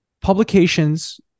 publications